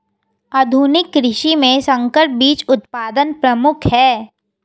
आधुनिक कृषि में संकर बीज उत्पादन प्रमुख है